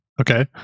Okay